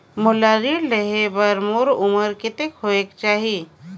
मोला ऋण लेहे बार मोर उमर कतेक होवेक चाही?